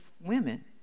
women